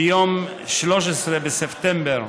ביום 13 בספטמבר